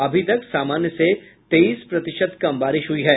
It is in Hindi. अभी तक सामान्य से तेईस प्रतिशत कम बारिश हुई है